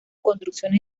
construcciones